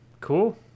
cool